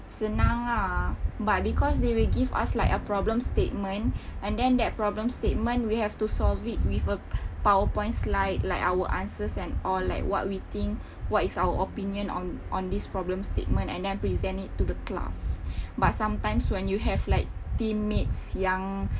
senang lah but because they will give us like a problem statement and then that problem statement we have to solve it with a powerpoint slide like our answers and all like what we think what is our opinion on on this problem statement and then present it to the class but sometimes when you have like team mates yang